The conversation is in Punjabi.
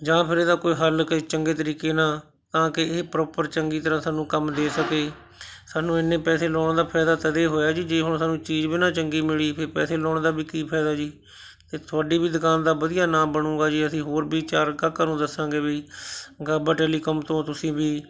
ਜਾਂ ਫਿਰ ਇਹਦਾ ਕੋਈ ਹੱਲ ਕੋਈ ਚੰਗੇ ਤਰੀਕੇ ਨਾਲ ਤਾਂ ਕਿ ਇਹ ਪਰੋਪਰ ਚੰਗੀ ਤਰ੍ਹਾਂ ਸਾਨੂੰ ਕੰਮ ਦੇ ਸਕੇ ਸਾਨੂੰ ਇੰਨੇ ਪੈਸੇ ਲਾਉਣ ਦਾ ਫਾਇਦਾ ਤਦੇ ਹੋਇਆ ਜੀ ਜੇ ਹੁਣ ਸਾਨੂੰ ਚੀਜ਼ ਵੀ ਨਾ ਚੰਗੀ ਮਿਲੀ ਫਿਰ ਪੈਸੇ ਲਾਉਣ ਦਾ ਵੀ ਕੀ ਫਾਇਦਾ ਜੀ ਅਤੇ ਤੁਹਾਡੀ ਵੀ ਦੁਕਾਨ ਦਾ ਵਧੀਆ ਨਾਮ ਬਣੂਗਾ ਜੀ ਅਸੀਂ ਹੋਰ ਵੀ ਚਾਰ ਗਾਹਕਾਂ ਨੂੰ ਦੱਸਾਂਗੇ ਵੀ ਗਾਬਾ ਟੈਲੀਕਾਮ ਤੋਂ ਤੁਸੀਂ ਵੀ